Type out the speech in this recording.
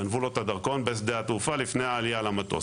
גנבו לו את הדרכון בשדה התעופה לפני העלייה למטוס,